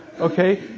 Okay